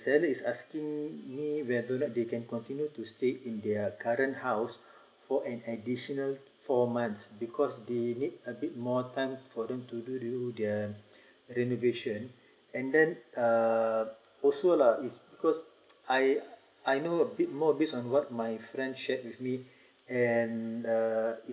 seller is asking me whether do they can continue to stay in their current house for an additional four months because they need a bit more time for them to do their renovation and then uh also uh is because I I know a bit more based on what my friend shared with me and and uh